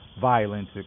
violence